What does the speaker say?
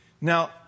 Now